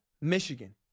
Michigan